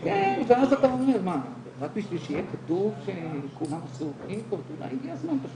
כדאי שכל אישה תכיר את פרויקט "יד להחלמה".